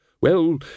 Well